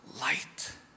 light